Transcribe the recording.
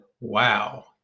wow